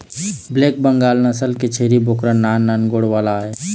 black Bengal नसल के छेरी बोकरा नान नान गोड़ वाला आय